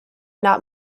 not